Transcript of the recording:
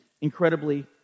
incredibly